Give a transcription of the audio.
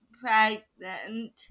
pregnant